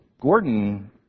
Gordon